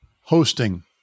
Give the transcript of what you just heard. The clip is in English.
hosting